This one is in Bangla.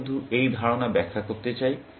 আমি শুধু এই ধারণা ব্যাখ্যা করতে চাই